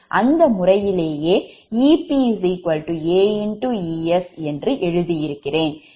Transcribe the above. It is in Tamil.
அந்த முறையிலேயே EpAEs இதை எழுதி இருக்கிறேன்